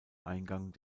eingang